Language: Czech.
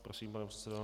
Prosím, pane předsedo.